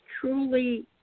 truly